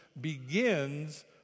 begins